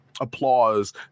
applause